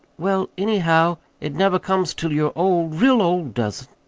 well, anyhow, it never comes till you're old real old, does